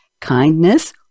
kindness